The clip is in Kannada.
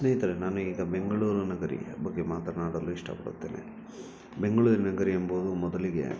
ಸ್ನೇಹಿತರೇ ನಾನು ಈಗ ಬೆಂಗಳೂರು ನಗರಿ ಬಗ್ಗೆ ಮಾತನಾಡಲು ಇಷ್ಟಪಡುತ್ತೇನೆ ಬೆಂಗಳೂರು ನಗರಿ ಎಂಬುದು ಮೊದಲಿಗೆ